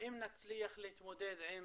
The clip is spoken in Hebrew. אם נצליח להתמודד עם